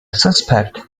suspect